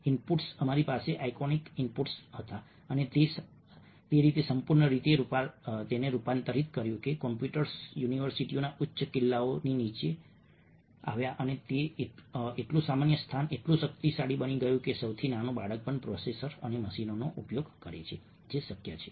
inputs અમારી પાસે iconic inputs હતા અને તે રીતે સંપૂર્ણ રીતે રૂપાંતરિત કર્યું કે કમ્પ્યુટર્સ યુનિવર્સિટીઓના ઉચ્ચ કિલ્લાઓથી નીચે આવ્યા અને તે એટલું સામાન્ય સ્થાન એટલું શક્તિશાળી બની ગયું છે કે સૌથી નાનો બાળક પણ પ્રોસેસર અને મશીનનો ઉપયોગ કરે છે જે શક્ય છે